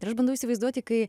ir aš bandau įsivaizduoti kai